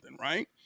right